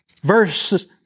verse